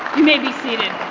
you maybe seated.